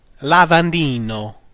Lavandino